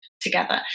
together